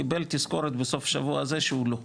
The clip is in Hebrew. קיבל תזכורת בסוף השבוע הזה שהוא לא יודע.